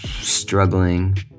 struggling